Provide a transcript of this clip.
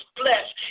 blessed